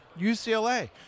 UCLA